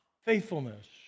faithfulness